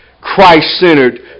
Christ-centered